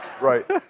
right